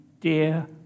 dear